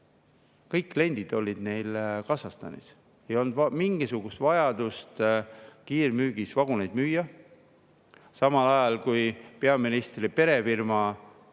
Kõik kliendid olid neil Kasahstanis. Ei olnud mingisugust vajadust kiirmüügina vaguneid müüa. Samal ajal peaministri perefirma